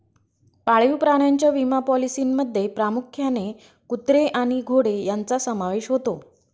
पाळीव प्राण्यांच्या विमा पॉलिसींमध्ये प्रामुख्याने कुत्रे आणि घोडे यांचा समावेश होतो